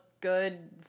good